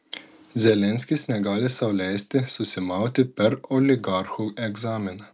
zelenskis negali sau leisti susimauti per oligarchų egzaminą